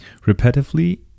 repetitively